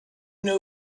une